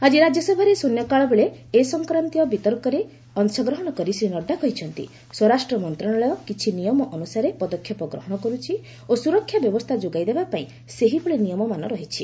ଆକି ରାଜ୍ୟସଭାରେ ଶ୍ଚନ୍ୟକାଳବେଳେ ଏ ସଂକ୍ରାନ୍ତୀୟ ବିତର୍କରେ ଅଂଶଗ୍ରହଣ କରି ଶ୍ରୀ ନଡ୍ରା କହିଛନ୍ତି ସ୍ୱରାଷ୍ଟ୍ର ମନ୍ତ୍ରଣାଳୟ କିଛି ନିୟମ ଅନୁସାରେ ପଦକ୍ଷେପ ଗ୍ରହଣ କରୁଛି ଓ ସୁରକ୍ଷା ବ୍ୟବସ୍ଥା ଯୋଗାଇ ଦେବାପାଇଁ ସେହିଭଳି ନିୟମମାନ ରହିଛି